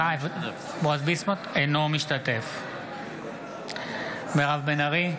אינו משתתף בהצבעה מירב בן ארי,